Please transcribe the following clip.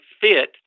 fit